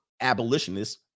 abolitionists